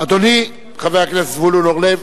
אדוני חבר הכנסת זבולון אורלב,